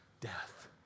death